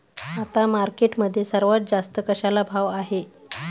आता मार्केटमध्ये सर्वात जास्त कशाला भाव आहे?